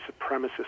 supremacist